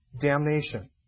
damnation